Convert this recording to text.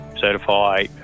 certify